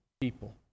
people